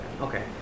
Okay